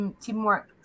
teamwork